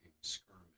skirmish